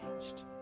changed